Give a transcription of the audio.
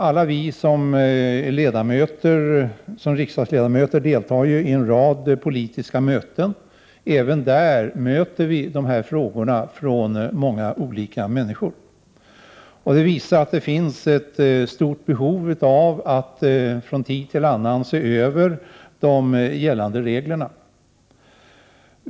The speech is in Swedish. Alla vi som är riksdagsledamöter deltar ju i många politiska möten, Även i sådana sammanhang stöter vi på de här frågorna som då tas upp av många människor. Det visar sig att det finns ett stort behov av att från tid till annan se över de gällande reglerna.